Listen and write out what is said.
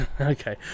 Okay